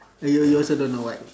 you you also don't know what